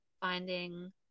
finding